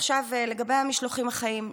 עכשיו לגבי המשלוחים החיים.